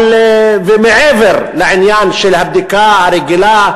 ומעבר לעניין של הבדיקה הרגילה,